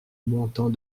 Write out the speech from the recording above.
montant